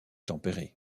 tempéré